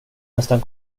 nästan